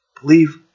believe